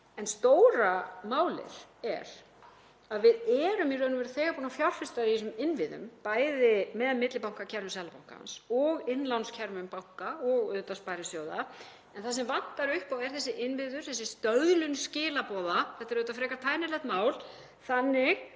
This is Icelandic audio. En stóra málið er að við erum í raun og veru þegar búin að fjárfesta í þessum innviðum, bæði með millibankakerfum Seðlabankans og innlánskerfum banka og sparisjóða. En það sem vantar upp á eru þessir innviðir, þessi stöðlun skilaboða, þetta er auðvitað frekar tæknilegt mál, þannig